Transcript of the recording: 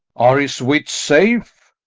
are his wits safe?